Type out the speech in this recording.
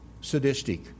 sadistic